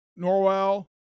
Norwell